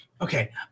Okay